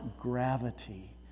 gravity